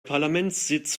parlamentssitz